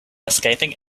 escaping